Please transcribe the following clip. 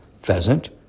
Pheasant